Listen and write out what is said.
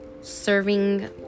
serving